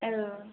औ